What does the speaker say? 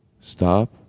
Stop